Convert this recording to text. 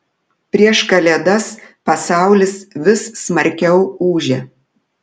prieš kalėdas pasaulis vis smarkiau ūžia